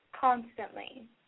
constantly